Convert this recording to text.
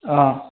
অঁ